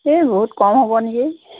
এই বহুত কম হ'ব নেকি